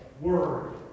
word